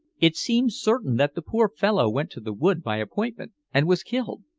it seems certain that the poor fellow went to the wood by appointment, and was killed.